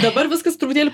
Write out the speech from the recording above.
dabar viskas truputėlį